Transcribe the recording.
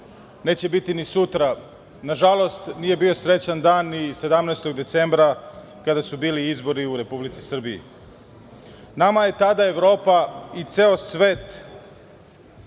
neće biti ni sutra, nažalost, nije bio srećan dan ni 17. decembra, kada su bili izbori u Republici Srbiji. Nama je tada Evropa i ceo svet,